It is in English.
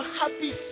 happy